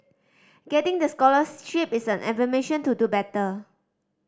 getting the scholarship is an affirmation to do better